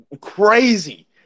crazy